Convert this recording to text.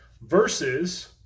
versus